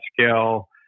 scale